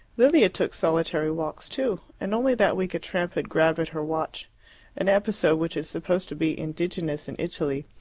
lilia took solitary walks too, and only that week a tramp had grabbed at her watch an episode which is supposed to be indigenous in italy,